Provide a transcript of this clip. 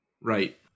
Right